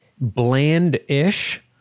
bland-ish